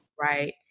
Right